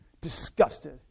disgusted